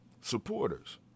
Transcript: supporters